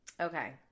Okay